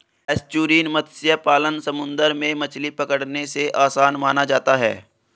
estuarine मत्स्य पालन समुंदर में मछली पकड़ने से आसान माना जाता है